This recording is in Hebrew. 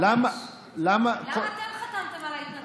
למה אתם חתמתם על ההתנתקות?